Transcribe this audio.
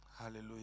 Hallelujah